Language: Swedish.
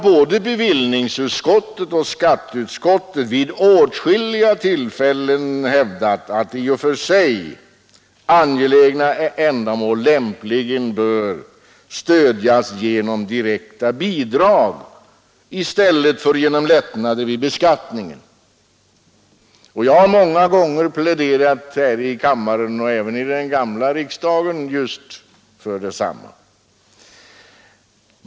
Både bevillningsutskottet och skatteutskottet har vid åtskilliga tillfällen hävdat att i och för sig angelägna ändamål egentligen bör stödjas genom direkta bidrag i stället för genom lättnader vid beskattningen. Jag har många gånger pläderat här i kammaren och även i den gamla riksdagen just för detsamma.